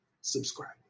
Subscribe